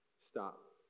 Stop